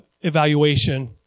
evaluation